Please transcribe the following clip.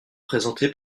présenté